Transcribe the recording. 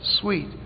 sweet